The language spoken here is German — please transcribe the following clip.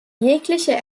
jegliche